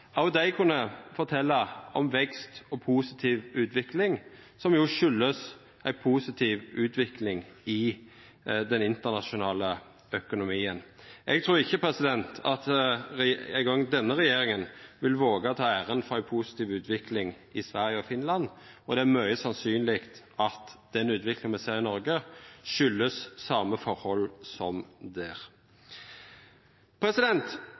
Finland. Dei landa kunne òg fortelja om vekst og positiv utvikling, som jo kjem av ei positiv utvikling i den internasjonale økonomien. Eg trur ikkje eingong denne regjeringa vil våga å ta æra for ei positiv utvikling i Sverige og Finland, og det er sannsynleg at utviklinga me ser i Noreg, kjem av same forhold som der.